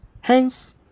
Hence